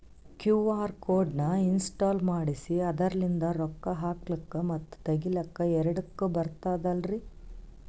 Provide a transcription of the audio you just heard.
QR code ನ ಇನ್ಸ್ಟಾಲ ಮಾಡೆಸಿ ಅದರ್ಲಿಂದ ರೊಕ್ಕ ಹಾಕ್ಲಕ್ಕ ಮತ್ತ ತಗಿಲಕ ಎರಡುಕ್ಕು ಬರ್ತದಲ್ರಿ?